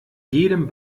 jedem